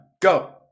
go